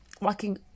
working